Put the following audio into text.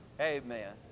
amen